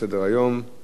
בבקשה, חברים.